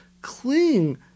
Cling